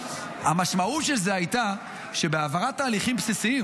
המשמעות של זה הייתה שבהעברת תהליכים בסיסיים